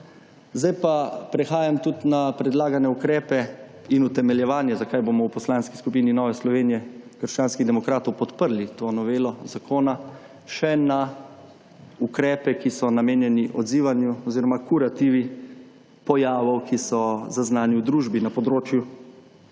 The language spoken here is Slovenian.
Zdaj pa prehajam tudi na predlagane ukrepe in utemeljevanje, zakaj bomo v Poslanski skupini Nove Slovenije – krščanskih demokratov podprli to novelo zakona še na ukrepe, ki so namenjeni odzivanju oziroma kurativi pojavov, ki so zaznani v družbi na področju družinskih prejemkov